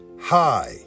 hi